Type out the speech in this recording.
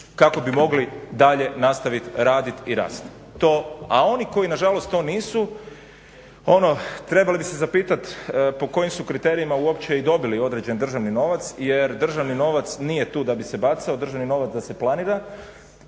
kako bi mogli dalje nastaviti raditi i rasti. A oni koji na žalost to nisu, ono trebali bi se zapitati po kojim su kriterijima uopće i dobili određen državni novac, jer državni novac nije tu da bi se bacao. Državni novac je da se planira